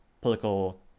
political